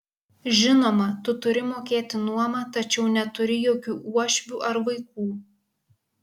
žinoma tu turi mokėti nuomą tačiau neturi jokių uošvių ar vaikų